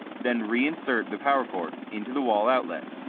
then reinsert the power cord into the wall outlet.